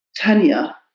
Tanya